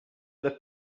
other